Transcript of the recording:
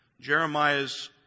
Jeremiah's